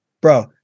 bro